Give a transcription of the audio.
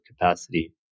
capacity